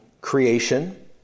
creation